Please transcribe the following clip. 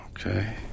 okay